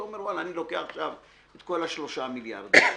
אתה אומר אני לוקח עכשיו את כל ה-3 מיליארד האלה,